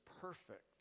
perfect